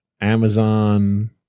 Amazon